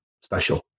special